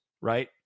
right